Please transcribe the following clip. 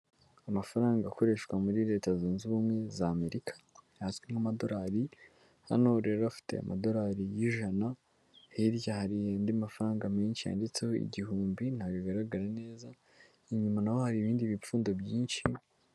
Amafaranga akoreshwa muri Leta Zunze Ubumwe z'Amerika, azwi nk'amadorari, hano rero afite amadolari y'ijana, hirya hari andi mafaranga menshi yanditseho igihumbi, ntago bigaragara neza, inyuma naho hari ibindi bipfundo byinshi.